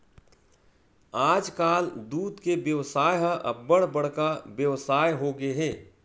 आजकाल दूद के बेवसाय ह अब्बड़ बड़का बेवसाय होगे हे